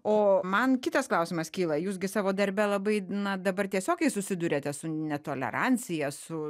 o man kitas klausimas kyla jūs gi savo darbe labai na dabar tiesiogiai susiduriate su netolerancija su